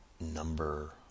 number